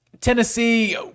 Tennessee